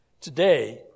Today